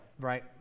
right